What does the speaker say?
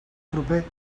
proper